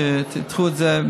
שתדחו את זה,